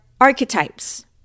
archetypes